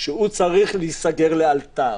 שהוא צריך להיסגר לאלתר.